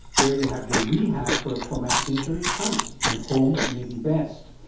where you have your rehab for a traumatic injury counts, and home may be best.